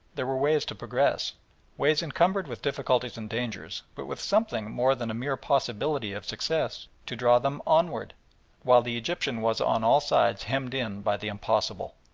there were ways to progress ways encumbered with difficulties and dangers, but with something more than a mere possibility of success to draw them onward while the egyptian was on all sides hemmed in by the impossible.